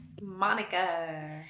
Monica